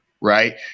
right